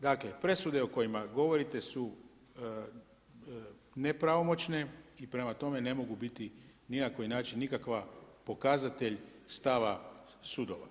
Dakle presude o kojima govorite su nepravomoćne i prema tome ne mogu biti ni na koji način nikakav pokazatelj stava sudova.